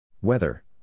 Weather